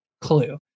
Clue